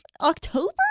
October